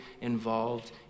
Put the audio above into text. involved